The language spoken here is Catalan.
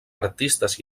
artistes